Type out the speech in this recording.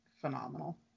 phenomenal